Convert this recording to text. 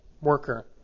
worker